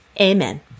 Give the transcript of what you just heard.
Amen